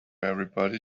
everybody